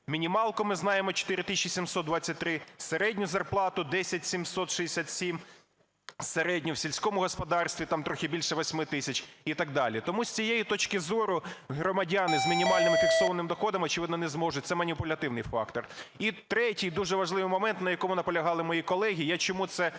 Мінімалку ми знаємо: 4 тисячі 723. Середню зарплату - 10767. Середню в сільському господарстві - там трохи більше 8 тисяч і так далі. Тому з цієї точки зору громадяни з мінімальними фіксованими доходами, очевидно, не зможуть. Це маніпулятивний фактор. І третій, дуже важливий момент, на якому наполягали мої колеги. Я чому це